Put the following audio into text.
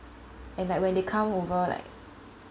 and like when they come over like